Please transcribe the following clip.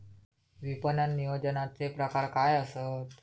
विपणन नियोजनाचे प्रकार काय आसत?